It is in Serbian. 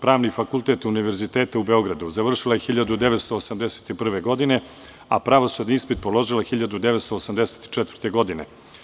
Pravni fakultet Univerziteta u Beogradu završila je 1981. godine, a pravosudni ispit položila je 1984. godine.